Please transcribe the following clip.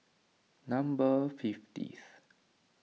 number fiftieth